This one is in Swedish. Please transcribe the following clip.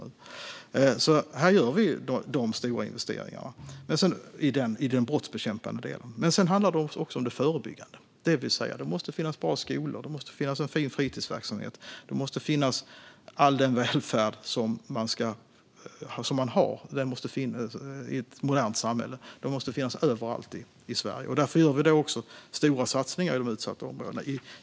Vi gör alltså stora investeringar i den brottsbekämpande delen. Sedan handlar det också om det förebyggande, det vill säga att det måste finnas bra skolor och en fin fritidsverksamhet, och all den välfärd som man har i ett modernt samhälle måste finnas överallt i Sverige. Därför gör vi också stora satsningar i de utsatta områdena.